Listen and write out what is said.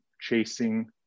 chasing